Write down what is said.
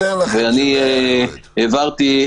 תעבירו תקציב,